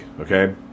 okay